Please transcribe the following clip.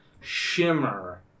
shimmer